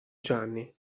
gianni